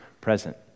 Present